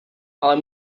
ale